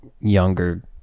younger